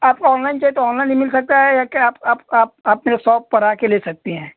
आपको ओनलाइन चिये तो ओनलाइन भी मिल सकता है के आप आप आप आपने सोप पर आ कर ले सकती हैं